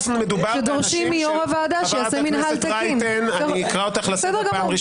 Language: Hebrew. חבר הכנסת סעדה, אל תכריח אותי לקרוא אותך לסדר.